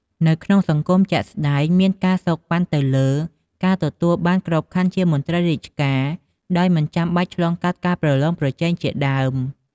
នៅក្នុងសង្គមជាក់ស្តែង មានការសូកប៉ាន់ទៅលើ ការទទួលបានក្របខ័ណ្ឌជាមន្រ្តីរាជការដោយមិនចាំបាច់ឆ្លងកាត់ការប្រឡងប្រជែងជាដើម។